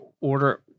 order